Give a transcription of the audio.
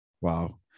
wow